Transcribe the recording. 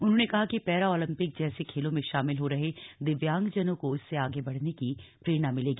उन्होंने कहा कि पैरा ओलंपिक जैसे खेलों में शामिल हो रहे दिव्यांगजनों को इससे आगे बढ़ने की प्रेरणा मिलेगी